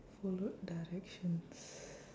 followed directions